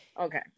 okay